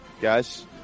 Guys